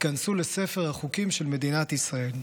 ייכנסו לספר החוקים של מדינת ישראל.